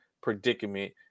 predicament